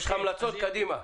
יש לך המלצות, קדימה.